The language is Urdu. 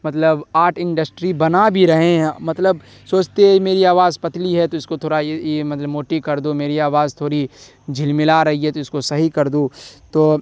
مطلب آرٹ انڈسٹری بنا بھی رہے ہیں مطلب سوچتے ہیں میری آواز پتلی ہے تو اس کو تھوڑا یہ مطلب موٹی کر دو میری آواز تھوری جھلملا رہی ہے تو اس کو صحیح کر دو تو